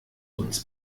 uns